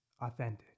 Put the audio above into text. authentic